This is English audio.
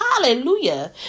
hallelujah